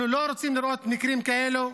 אנחנו לא רוצים לראות מקרים כאלה.